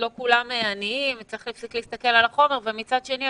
לא כולם עניים וצריך להפסיק להסתכל על החומר ומצד שני,